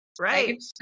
Right